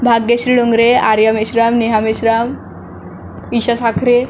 Bhagyashree Dongre Arya Meshram Neha Meshram Isha Sakhare